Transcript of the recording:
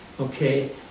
okay